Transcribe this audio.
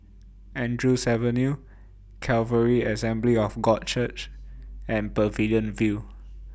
Andrews Avenue Calvary Assembly of God Church and Pavilion View